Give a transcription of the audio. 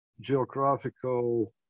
geographical